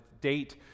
date